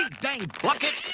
dang bucket!